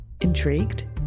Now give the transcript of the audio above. Intrigued